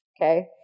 Okay